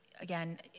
again